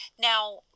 Now